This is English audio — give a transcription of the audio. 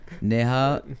Neha